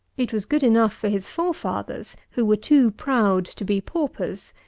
it was good enough for his forefathers, who were too proud to be paupers,